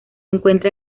encuentra